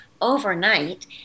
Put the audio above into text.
overnight